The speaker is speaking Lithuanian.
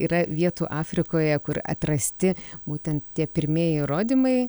yra vietų afrikoje kur atrasti būtent tie pirmieji įrodymai